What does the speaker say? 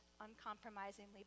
uncompromisingly